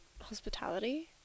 hospitality